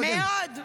מאוד.